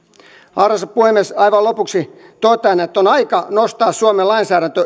arvoisa puhemies aivan lopuksi totean että on aika nostaa suomen lainsäädäntö